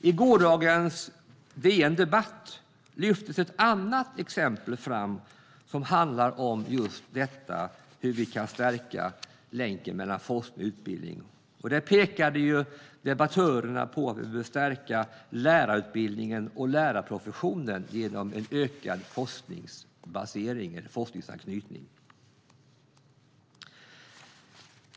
I gårdagens DN Debatt lyftes ett annat exempel fram som handlar om hur vi stärker länken mellan forskning och utbildning. Där pekade debattörerna på hur vi behöver stärka lärarutbildningen och lärarprofessionen genom en ökad forskningsanknytning.